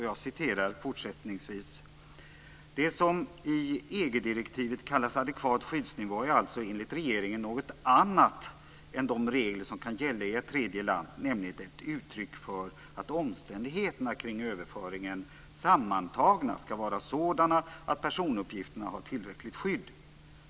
Jag läser fortsättningsvis: Det som i EG-direktivet kallas adekvat skyddsnivå är alltså enligt regeringen något annat än de regler som kan gälla i ett tredje land, nämligen ett uttryck för att omständigheterna kring överföringen sammantagna ska vara sådana att personuppgifterna har tillräckligt skydd.